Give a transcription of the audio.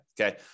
okay